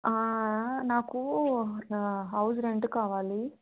నాకు ఒక house rent కావాలి